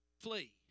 Flee